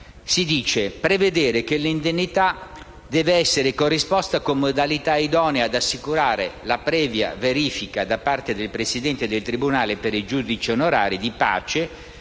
segue: «prevedere che l'indennità debba essere corrisposta con modalità idonee ad assicurare la previa verifica, da parte del presidente del tribunale per i giudici onorari di pace